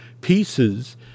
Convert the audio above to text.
pieces